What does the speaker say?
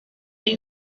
you